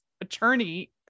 attorney